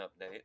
update